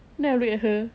then I look at her